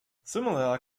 similar